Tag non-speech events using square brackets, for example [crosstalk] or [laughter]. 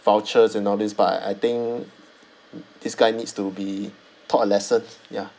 vouchers and all these but I I think [noise] this guy needs to be taught a lesson ya